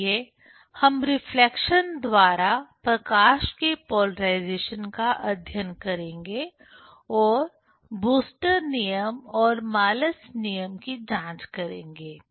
इसलिए हम रिफ्लेक्शन द्वारा प्रकाश के पोलराइजेशन का अध्ययन करेंगे और ब्रूस्टर नियम Brewster's law और मालस नियम की जांच करेंगे